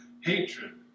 hatred